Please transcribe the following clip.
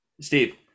Steve